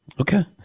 Okay